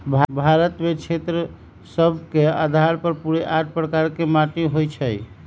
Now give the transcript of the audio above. भारत में क्षेत्र सभ के अधार पर पूरे आठ प्रकार के माटि होइ छइ